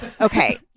okay